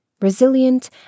Resilient